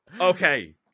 okay